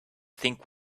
think